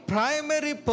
primary